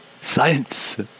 Science